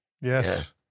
yes